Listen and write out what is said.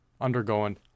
undergoing